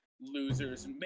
losers